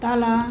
तल